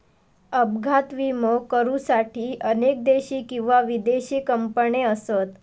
अपघात विमो करुसाठी अनेक देशी किंवा विदेशी कंपने असत